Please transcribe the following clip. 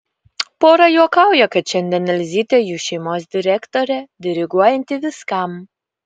pora juokauja kad šiandien elzytė jų šeimos direktorė diriguojanti viskam